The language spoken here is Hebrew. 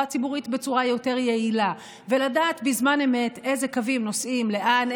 ציבורית בצורה יותר יעילה ולדעת בזמן אמת איזה קווים נוסעים לאן,